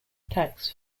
attacks